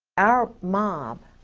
our mob.